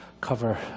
cover